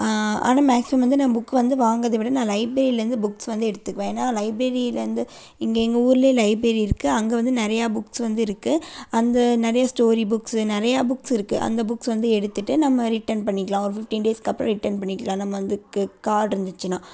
ஆனால் மேக்ஸிமம் வந்து நான் புக் வந்து வாங்கிறத விட நான் லைப்ரரிலேருந்து புக்ஸ் வந்து எடுத்துக்குவேன் ஏன்னா லைப்ரரியிலேருந்து இங்கே எங்கள் ஊரில் லைப்ரரி இருக்குது அங்கே வந்து நிறையா புக்ஸ் வந்து இருக்குது அந்த நிறைய ஸ்டோரி புக்ஸ் நிறையா புக்ஸ் இருக்குது அந்த புக்ஸ் வந்து எடுத்துட்டு நம்ம ரிட்டன் பண்ணிக்கலாம் ஒரு ஃபிஃப்டீன் டேஸ்க்கு அப்பறம் ரிட்டன் பண்ணிக்கலாம் நம்ம அதுக்கு கார்ட் இருந்துச்சுன்னா